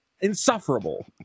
insufferable